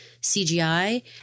CGI